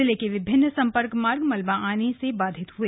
जिले के विभिन्न सम्पर्क मार्ग भी मलबा आने से बाधित हुए